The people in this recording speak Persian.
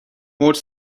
موج